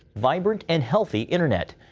vibrant and healthy internet.